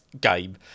game